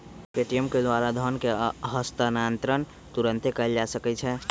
Paytm के द्वारा धन के हस्तांतरण तुरन्ते कएल जा सकैछइ